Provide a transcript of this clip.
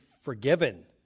forgiven